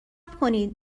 کنید